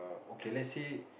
okay let's say